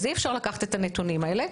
אי-אפשר לקחת את הנתונים האלה,